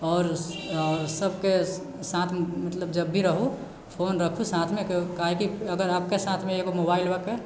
आओर आओर सभके साथ मतलब जब भी रहु फोन रखु साथमे काहेकि अगर आपके साथमे एकगो मोबाइल बा के